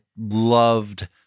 loved